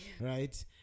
Right